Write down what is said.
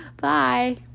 bye